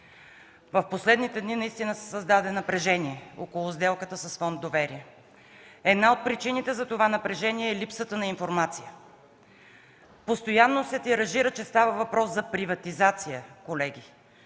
В последните дни наистина се създаде напрежение около сделката с фонд „Доверие”. Една от причините за това напрежение е липсата на информация. Постоянно се тиражира, че става въпрос за приватизация, което